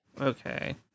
okay